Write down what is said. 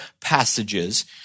passages